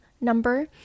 number